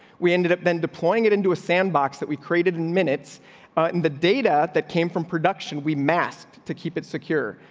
we ended up then deploying it into a sandbox that we created in minutes in the data that came from production, we masked to keep it secure.